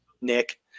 Nick